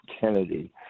Kennedy